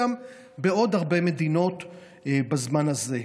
בעוד הרבה מדינות בזמן הזה.